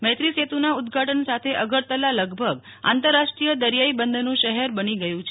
મૈત્રી સેત્રના ઉદઘાટન સાથે અગરતલા લગભગ આંતરરાષ્ટ્રીય દરિયાઈ બંદરનું શહેર બની ગયું છે